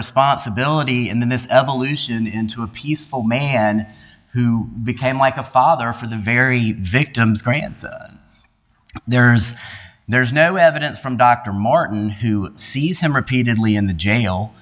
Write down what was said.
responsibility in this evolution into a peaceful man who became like a father for the very victims grants there are there is no evidence from dr martin who sees him repeatedly in the jail